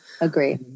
Agree